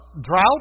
Drought